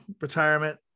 retirement